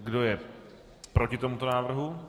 Kdo je proti tomuto návrhu?